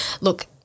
look